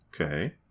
Okay